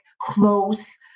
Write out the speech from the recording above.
close